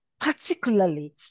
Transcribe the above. particularly